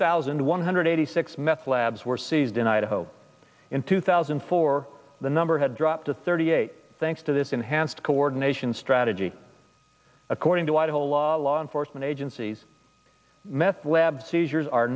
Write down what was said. thousand one hundred eighty six meth labs were seized in idaho in two thousand and four the number had dropped to thirty eight thanks to this enhanced coordination strategy according to idaho law enforcement agencies meth lab seizures are